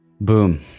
Boom